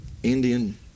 Indian